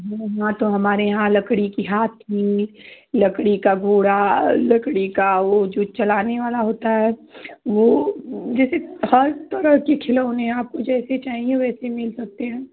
हाँ तो हमारे यहाँ लकड़ी के हाथी लकड़ी का घोडा लकड़ी का वह जो चलाने वाला होता है वह जैसे हर तरह के खिलौने हैं आपको जैसे चाहिए वैसे मिल सकते हैं